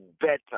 better